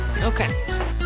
Okay